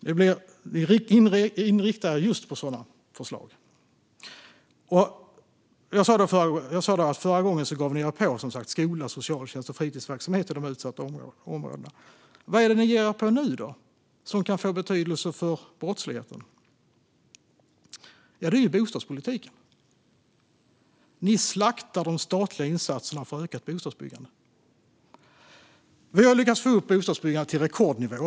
Ni inriktar er på just sådana förslag. Förra gången gav ni er som sagt på skola, socialtjänst och fritidsverksamhet i de utsatta områdena. Vad är det då ni ger er på nu, som kan få betydelse för brottsligheten? Jo, det är bostadspolitiken. Ni slaktar de statliga insatserna för ökat bostadsbyggande. Vi har lyckats få upp bostadsbyggandet till rekordnivåer.